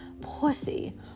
pussy